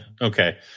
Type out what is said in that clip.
okay